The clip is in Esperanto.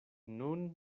nun